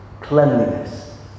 cleanliness